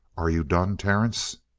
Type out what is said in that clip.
are you done, terence?